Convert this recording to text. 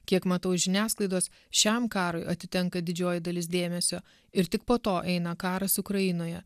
kiek matau iš žiniasklaidos šiam karui atitenka didžioji dalis dėmesio ir tik po to eina karas ukrainoje